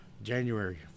January